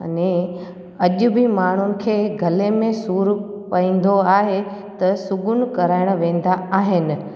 अने अॼ बि माण्हुनि खे गले में सूरु पवंदो आहे त सुगनि कराइणु वेंदा आहिनि